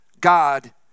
God